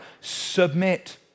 submit